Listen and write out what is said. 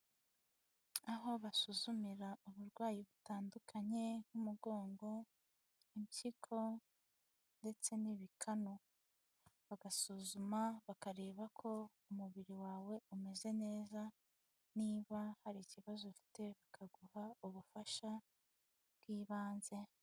Aho basuzumira uburwayi butandukanye nk'umugongo, impyiko ndetse n'ibikanu. Bagasuzuma bakareba ko umubiri wawe umeze neza, niba hari ikibazo ufite bakaguha ubufasha bw'ibanze.